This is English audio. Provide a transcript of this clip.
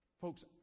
Folks